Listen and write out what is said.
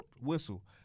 whistle